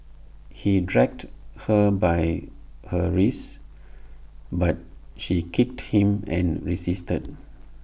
he dragged her by her wrists but she kicked him and resisted